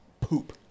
Poop